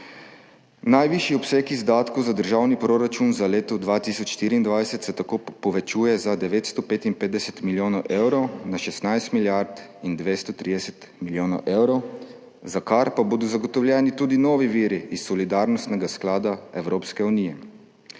Najvišji obseg izdatkov za državni proračun za leto 2024 se tako povečuje za 955 milijonov evrov, na 16 milijard in 230 milijonov evrov, za kar pa bodo zagotovljeni tudi novi viri iz Solidarnostnega sklada Evropske unije.